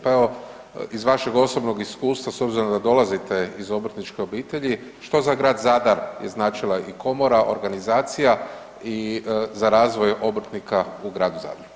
Pa evo, iz vašeg osobnog iskustva s obzirom da dolazite iz obrtničke obitelji, što za grad Zadar je značila i komora, organizacija i za razvoj obrtnika u gradu Zadru?